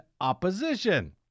opposition